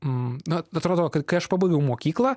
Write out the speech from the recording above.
na atrodo kad kai aš pabaigiau mokyklą